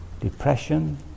depression